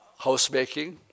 housemaking